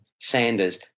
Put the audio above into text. Sanders